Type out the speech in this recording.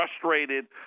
frustrated